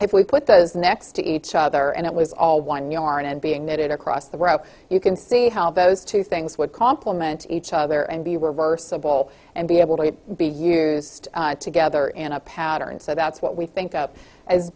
if we put those next to each other and it was all one yarn and being made it across the row you can see how those two things would complement each other and be reversible and be able to be used together in a pattern so that's what we think of as